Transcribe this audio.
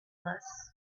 less